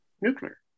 nuclear